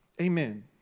Amen